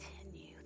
continue